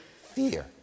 fear